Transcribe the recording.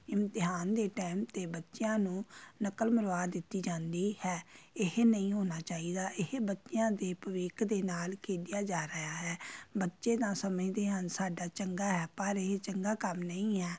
ਇਮਤਿਹਾਨ ਦੇ ਟਾਈਮ 'ਤੇ ਬੱਚਿਆਂ ਨੂੰ ਨਕਲ ਮਰਵਾ ਦਿੱਤੀ ਜਾਂਦੀ ਹੈ ਇਹ ਨਹੀਂ ਹੋਣਾ ਚਾਹੀਦਾ ਇਹ ਬੱਚਿਆਂ ਦੇ ਭਵਿੱਖ ਦੇ ਨਾਲ ਖੇਡਿਆ ਜਾ ਰਿਹਾ ਹੈ ਬੱਚੇ ਤਾਂ ਸਮਝਦੇ ਹਨ ਸਾਡਾ ਚੰਗਾ ਹੈ ਪਰ ਇਹ ਚੰਗਾ ਕੰਮ ਨਹੀਂ ਹੈ